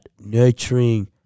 nurturing